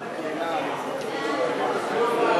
סעיפים 1